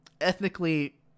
ethnically